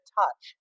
touch